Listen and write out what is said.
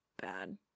bad